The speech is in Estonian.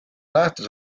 nähtus